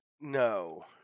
No